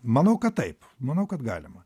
manau kad taip manau kad galima